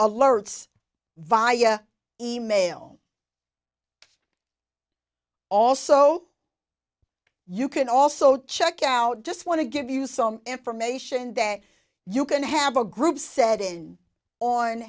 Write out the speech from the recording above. alerts via e mail also you can also check out just want to give you some information that you can have a group set in on